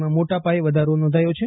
માં મોટા પાયે વધારો નોંધાયો છે